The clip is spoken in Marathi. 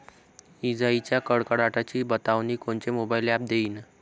इजाइच्या कडकडाटाची बतावनी कोनचे मोबाईल ॲप देईन?